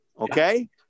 okay